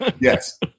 yes